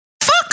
Fuck